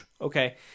Okay